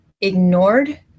ignored